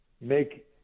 make